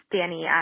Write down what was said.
Danny